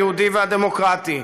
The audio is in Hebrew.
היהודי והדמוקרטי,